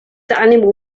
animal